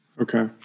Okay